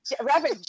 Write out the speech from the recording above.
Robert